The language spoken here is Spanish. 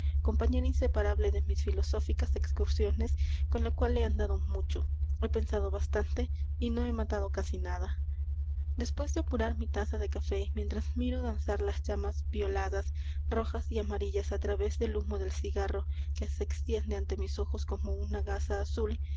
compañera inseparable de mis filosóficas excursiones con la cual he andado mucho he pensado bastante y no he matado casi nada después de apurar mi taza de café y mientras miro danzar las llamas violadas rojas y amarillas á través del humo del cigarro que se extiende ante mis ojos como una gasa azul